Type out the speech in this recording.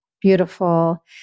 Beautiful